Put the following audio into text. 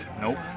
Nope